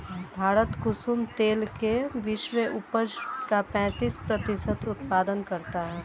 भारत कुसुम तेल के विश्व उपज का पैंतीस प्रतिशत उत्पादन करता है